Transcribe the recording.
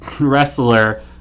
wrestler